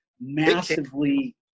massively